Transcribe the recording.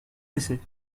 décès